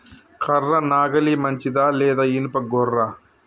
కర్ర నాగలి మంచిదా లేదా? ఇనుప గొర్ర?